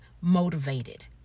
motivated